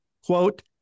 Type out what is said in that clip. quote